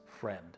friend